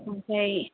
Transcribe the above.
आमफ्राय